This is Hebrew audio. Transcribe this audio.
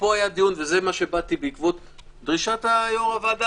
ולזה באתי בעקבות דרישת יושב-ראש הוועדה,